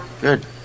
good